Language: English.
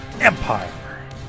EMPIRE